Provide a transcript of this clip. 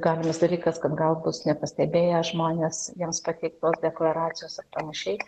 galimas dalykas kad gal bus nepastebėję žmonės jiems pateiktos deklaracijos ar panašiai